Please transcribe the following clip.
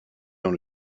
dans